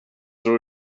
tror